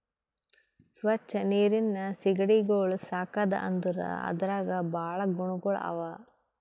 ಸ್ವಚ್ ನೀರಿನ್ ಸೀಗಡಿಗೊಳ್ ಸಾಕದ್ ಅಂದುರ್ ಅದ್ರಾಗ್ ಭಾಳ ಗುಣಗೊಳ್ ಅವಾ